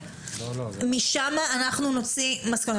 משם אנחנו נוציא מסקנות.